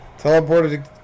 Teleported